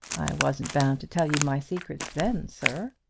wasn't bound to tell you my secrets then, sir.